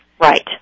Right